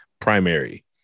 primary